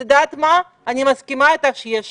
את יודעת מה, אני מסכימה אתך שיש שחיקה.